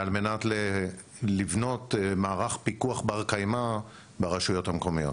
על מנת לבנות מערך פיקוח בר קיימא ברשויות המקומיות.